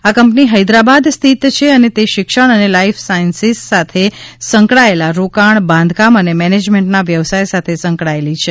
આ કંપની હૈદરાબાદ સ્થિત છે અને તે શિક્ષણ અને લાઈફ સાયન્સિસ સાથે સંકળાયેલા રોકાણ બાંધકામ અને મેનેજમેન્ટના વ્યવસાય સાથે સંકળાયેલી છે